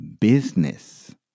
business